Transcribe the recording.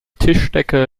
tischdecke